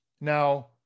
Now